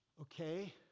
Okay